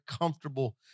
comfortable